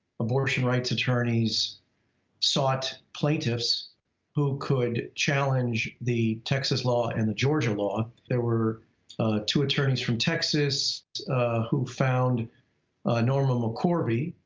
abortion rights attorneys sought plaintiffs who could challenge the texas law and the georgia law. there were two attorneys from texas who found norma mccorvey,